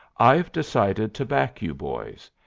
i've decided to back you boys,